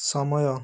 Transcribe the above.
ସମୟ